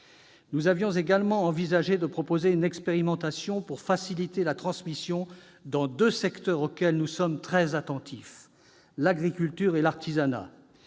Nous avions également envisagé de proposer une expérimentation pour faciliter la transmission dans deux secteurs auxquels nous sommes très attentifs, l'agriculture et l'artisanat.